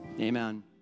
Amen